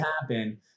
happen